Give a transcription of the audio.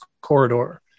corridor